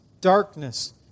darkness